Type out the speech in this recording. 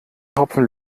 tropfen